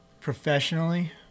professionally